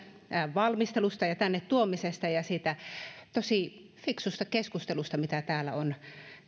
valmistelusta ja tänne tuomisesta ja kiitos siitä tosi fiksusta keskustelusta mitä täällä on